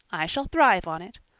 i shall thrive on it.